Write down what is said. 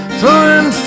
Throwing